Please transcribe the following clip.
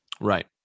Right